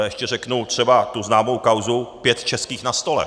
Ještě řeknu třeba tu známou kauzu pět českých na stole.